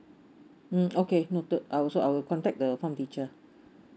mm okay noted I also I will contact the form teacher